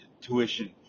tuition